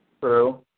True